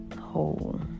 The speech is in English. whole